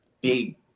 big